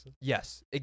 Yes